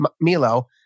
Milo